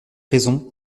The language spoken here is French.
raison